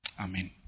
Amen